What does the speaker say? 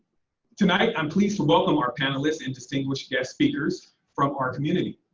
tonight i'm pleased to welcome our panelists and distinguished guest speakers from our community.